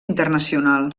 internacional